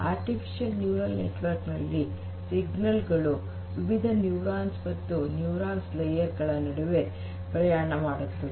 artificial neural network ನಲ್ಲಿ signal ಗಳು ವಿವಿಧ ನ್ಯೂರಾನ್ಸ್ ಮತ್ತು ನ್ಯೂರಾನ್ಸ್ ಲೇಯರ್ ಗಳ ನಡುವೆ ಪ್ರಯಾಣ ಮಾಡುತ್ತವೆ